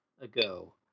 ago